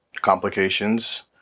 complications